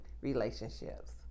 relationships